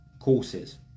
courses